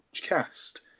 cast